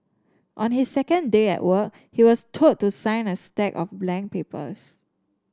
on his second day at work he was told to sign a stack of blank papers